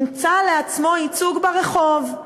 ימצאו לעצמם ייצוג ברחוב,